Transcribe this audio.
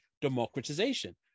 democratization